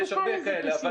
יש הרבה כאלה,